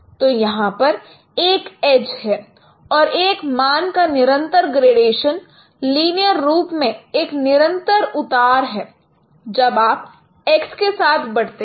तो यहां पर एक एज है और एक मान का निरंतर ग्रेडेशन लीनियर रूप में एक निरंतर उतार है जब आप x के साथ बढ़ते हैं